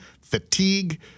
fatigue